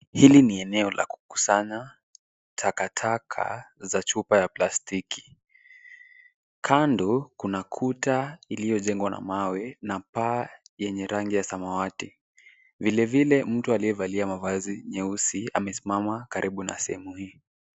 Hili ni eneo la kukusanya takataka za chupa ya plastiki. Kando kuna kuta iliyojengwa na mawe na paa yenye rangi ya samawati. Vile vile mtu aliyevalia mavazi nyeusi amesimama karibu na sehemu hii.